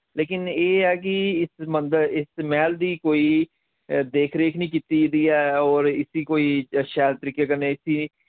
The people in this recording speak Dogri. लेकिन एह् ऐ कि इस मंदर इस मैह्ल दी कोई देख रेख निं कीत्ति दी ऐ और इस्सी कोई शैल तरीके कन्नै इस्सी